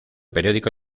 periódico